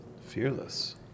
Fearless